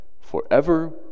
forever